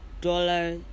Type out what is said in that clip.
dollar